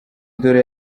indoro